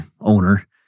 owner